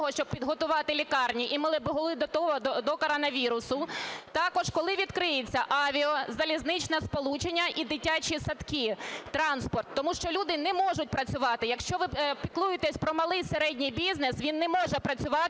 щоб підготувати лікарні, і вони були готові до коронавірусу? Також, коли відкриються авіа- і залізничне сполучення, і дитячі садки, транспорт? Тому що люди не можуть працювати. Якщо ви піклуєтесь про малий, середній бізнес, він не може працювати,